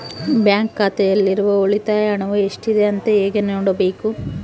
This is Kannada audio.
ಬ್ಯಾಂಕ್ ಖಾತೆಯಲ್ಲಿರುವ ಉಳಿತಾಯ ಹಣವು ಎಷ್ಟುಇದೆ ಅಂತ ಹೇಗೆ ನೋಡಬೇಕು?